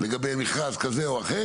לגבי מכרז כזה או אחר,